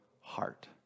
heart